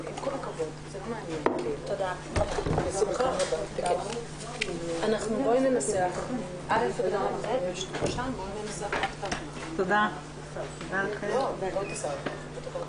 10:50.